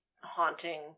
haunting